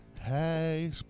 Hey